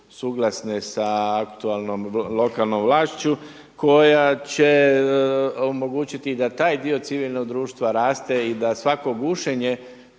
suglasne sa aktualnom lokalnom vlašću koja će omogućiti da taj dio civilnog društva raste i da svako gušenje